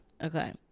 Okay